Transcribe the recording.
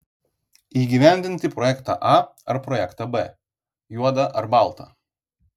įgyvendinti projektą a ar projektą b juoda ar balta